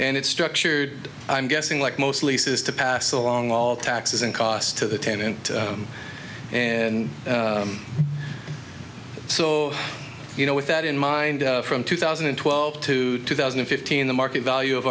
and it's structured i'm guessing like most leases to pass along all taxes and costs to the tenant and so you know with that in mind from two thousand and twelve to two thousand and fifteen the market value of